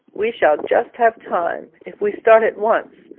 we shall just have time, if we start at once,